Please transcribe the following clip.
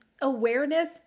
awareness